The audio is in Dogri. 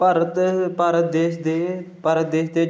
भार भारत दे भारत देश दे